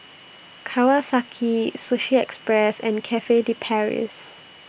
Kawasaki Sushi Express and Cafe De Paris